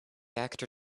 actor